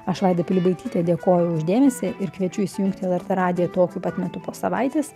aš vaida pilibaitytė dėkoju už dėmesį ir kviečiu įsijungti lrt radiją tokiu pat metu po savaitės